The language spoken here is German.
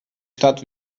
stadt